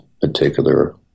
particular